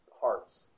hearts